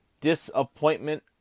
Disappointment